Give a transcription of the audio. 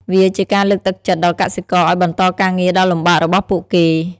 វាជាការលើកទឹកចិត្តដល់កសិករឱ្យបន្តការងារដ៏លំបាករបស់ពួកគេ។